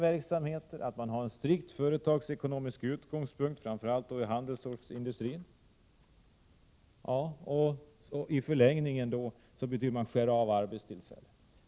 Utgångspunkten är strikt företagsekonomisk, framför allt i handelsstålsindustrin. I förlängningen minskas antalet arbetstillfällen.